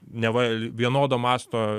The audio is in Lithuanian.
neva vienodo masto